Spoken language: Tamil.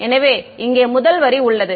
எனவே இங்கே முதல் வரி உள்ளது